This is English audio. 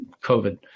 COVID